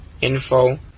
info